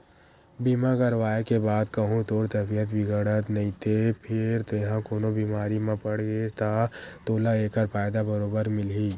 बीमा करवाय के बाद कहूँ तोर तबीयत बिगड़त नइते फेर तेंहा कोनो बेमारी म पड़ गेस ता तोला ऐकर फायदा बरोबर मिलही